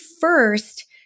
first